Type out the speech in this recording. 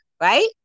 Right